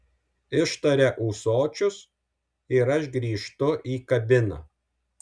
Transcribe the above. ištaria ūsočius ir aš grįžtu į kabiną